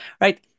right